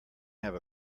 have